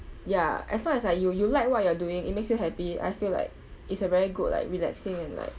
ya as long as like you you like what you are doing it makes you happy I feel like it's a very good like relaxing and like